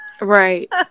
right